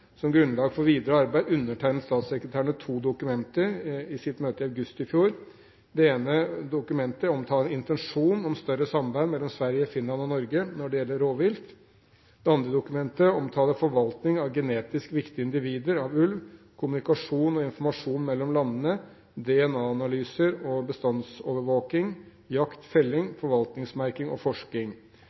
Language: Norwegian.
Som grunnlag for videre arbeid undertegnet statssekretærene to dokumenter i sitt møte i august i fjor. Det ene dokumentet omtaler en intensjon om større samarbeid mellom Sverige, Finland og Norge når det gjelder rovvilt. Det andre dokumentet omtaler forvaltning av genetisk viktige individer av ulv, kommunikasjon og informasjon mellom landene, DNA-analyser og bestandsovervåking, jakt/felling, forvaltningsmerking og